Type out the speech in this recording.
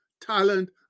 talent